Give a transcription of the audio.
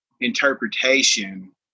interpretation